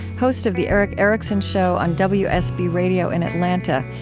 host of the erick erickson show on wsb radio in atlanta,